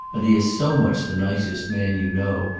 and he is so much the nicest man you know,